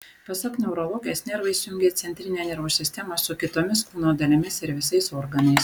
pasak neurologės nervai sujungia centrinę nervų sistemą su kitomis kūno dalimis ir visais organais